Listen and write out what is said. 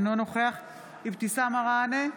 אינו נוכח אבתיסאם מראענה,